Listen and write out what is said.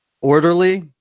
orderly